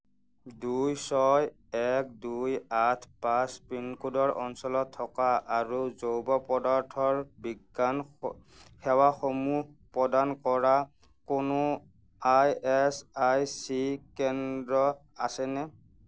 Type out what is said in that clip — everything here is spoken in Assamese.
দুই ছয় এক দুই আঠ পাঁচ পিনক'ডৰ অঞ্চলত থকা আৰু জৈৱ পদাৰ্থৰ বিজ্ঞান সেৱাসমূহ প্ৰদান কৰা কোনো ই এচ আই চি কেন্দ্ৰ আছেনে